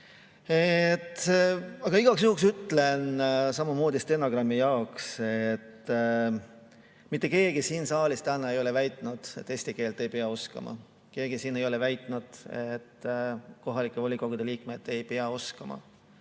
Igaks juhuks ütlen samamoodi stenogrammi jaoks, et mitte keegi siin saalis ei ole täna väitnud, et eesti keelt ei pea oskama. Keegi siin ei ole väitnud, et kohalike volikogude liikmed ei pea [eesti